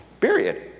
Period